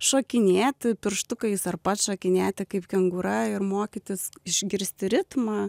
šokinėt pirštukais ar pats šokinėti kaip kengūra ir mokytis išgirsti ritmą